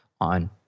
on